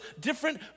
different